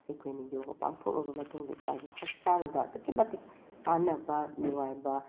ꯑꯩꯈꯣꯏꯅ ꯌꯣꯒ ꯄꯥꯡꯊꯣꯛꯂꯨꯕ ꯃꯇꯨꯡꯗ ꯏꯁꯥꯒꯤ ꯍꯛꯆꯥꯡꯗ ꯑꯗꯨꯛꯀꯤ ꯃꯇꯤꯛ ꯀꯥꯟꯅꯕ ꯅꯨꯡꯉꯥꯏꯕ